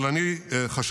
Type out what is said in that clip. אבל אני חשבתי